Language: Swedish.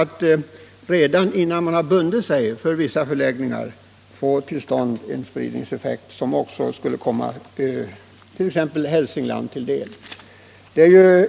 Uppgiften 141 skulle vara att innan man har bundit sig för vissa förläggningar få till stånd en spridningseffekt, som också skulle komma exempelvis Hälsingland till del.